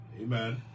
Amen